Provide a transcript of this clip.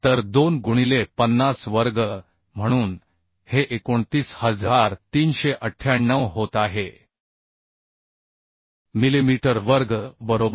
तर 2 गुणिले 50 वर्ग म्हणून हे 29398 होत आहे मिलिमीटर वर्ग बरोबर